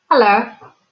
Hello